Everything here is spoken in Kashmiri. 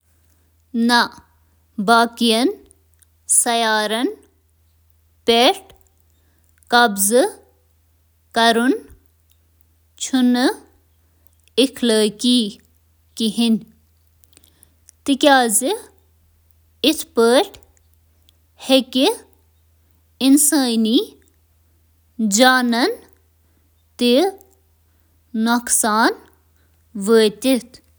دیمن سیارن نوآبادیاتی بناونٕچ اخلاقیات چِھ اکھ پیچیدٕہ موضوع یتھ منز اتھ خلاف تہٕ اتھ خلاف واریاہ دلائل چِھ: ممکنہٕ فٲیدٕ، ممکنہٕ فٲیدٕ خلائی نوآبادیات ہیکہٕ مستقبلک ٹریلین لوکن ہنٛد وجود ہنٛد اجازت دتھ۔ ممکنہٕ خطرٕ، سمٲجی اثرات تہٕ باقی۔